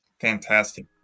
Fantastic